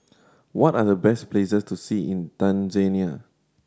what are the best places to see in Tanzania